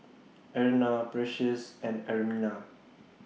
Erna Precious and Ermina